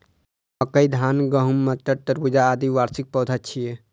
मकई, धान, गहूम, मटर, तरबूज, आदि वार्षिक पौधा छियै